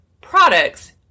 products